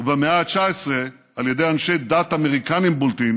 ובמאה ה-19 על ידי אנשי דת אמריקנים בולטים